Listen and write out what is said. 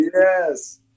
Yes